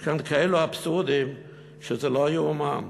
יש כאן כאלו אבסורדים שזה לא ייאמן.